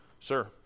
Sir